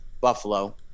Buffalo